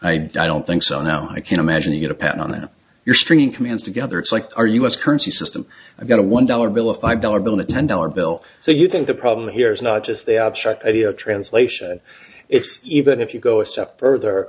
those i don't think so now i can imagine you get a patent on your stringing commands together it's like our us currency system i got a one dollar bill a five dollar bill and a ten dollar bill so you think the problem here is not just the abstract idea translation it's even if you go a step further